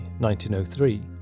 1903